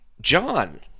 John